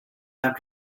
have